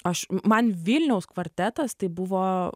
aš man vilniaus kvartetas tai buvo